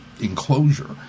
enclosure